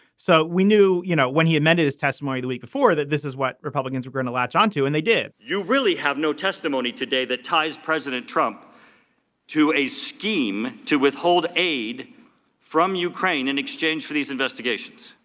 so we knew, you know, when he amended his testimony the week before that this is what republicans are going to latch on to. and they did you really have no testimony today that ties president trump to a scheme to withhold aid from ukraine in exchange for these investigations,